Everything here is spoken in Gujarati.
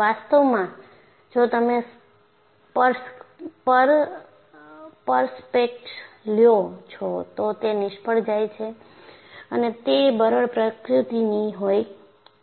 વાસ્તવમાં જો તમે પર્સપેક્સ લ્યો છો તો તે નિષ્ફળ જાય છે અને તે બરડ પ્રકૃતિની હોય